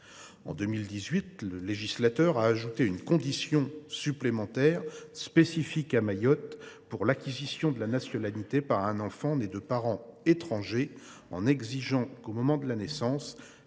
En 2018, le législateur a ajouté une condition spécifique à Mayotte pour l’acquisition de la nationalité par un enfant né de parents étrangers. Il a exigé qu’au moment de la naissance